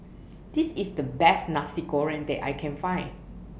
This IS The Best Nasi Goreng that I Can Find